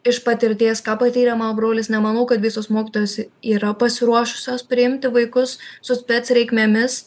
iš patirties ką patyrė mano brolis nemanau kad visos mokytojos yra pasiruošusios priimti vaikus su spec reikmėmis